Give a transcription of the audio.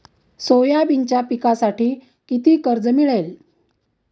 सोयाबीनच्या पिकांसाठी किती कर्ज मिळेल?